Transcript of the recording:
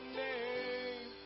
name